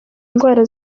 ndwara